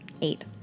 Eight